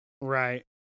Right